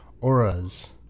Auras